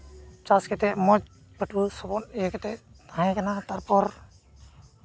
ᱪᱟᱥ ᱠᱟᱛᱮ ᱢᱚᱡᱽ ᱯᱟᱹᱴᱣᱟᱹ ᱥᱟᱵᱚᱱ ᱤᱭᱟᱹ ᱠᱟᱛᱮ ᱛᱟᱦᱮᱸ ᱠᱟᱱᱟ ᱛᱟᱨᱯᱚᱨ